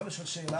אפשר לשאול שאלה?